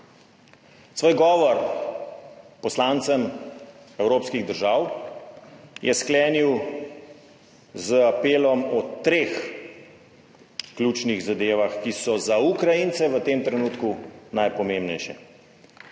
Svoj govor poslancem evropskih držav je sklenil z apelom o treh ključnih zadevah, ki so za Ukrajince v tem trenutku najpomembnejše.